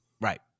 right